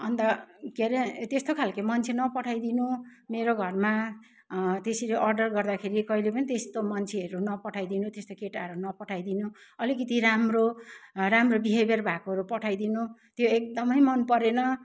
अन्त के अरे त्यस्तो खालके मान्छेे नपठाइदिनु मेरो घरमा त्यसरी अर्डर गर्दाखेरि कहिले पनि त्यस्तो मान्छेहरू नपठाइदिनु त्यस्तो केटाहरू नपठाइदिनु अलिकति राम्रो राम्रो बिहेव्यर भएकोहरू पठाइदिनु त्यो एकदमै मन परेन